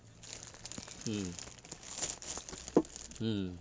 mm mm